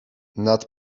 nad